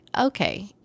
okay